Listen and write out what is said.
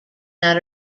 that